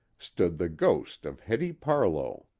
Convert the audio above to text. stood the ghost of hetty parlow.